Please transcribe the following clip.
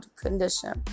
condition